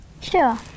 Sure